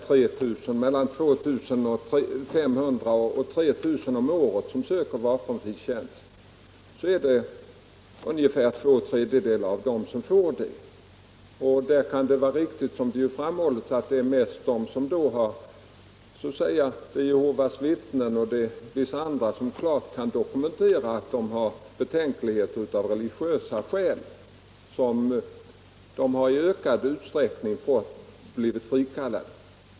Av de mellan 2 500 och 3 000 om året som söker vapenfri tjänst får ungefär två tredjedelar det. Det kan vara riktigt, vilket framhållits, att det mest är fråga om Jehovas vittnen och vissa andra som kan dokumentera att de har betänkligheter av religiös art. Dessa har i ökad utsträckning blivit frikallade.